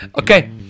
okay